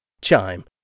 Chime